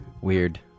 weird